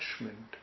attachment